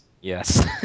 yes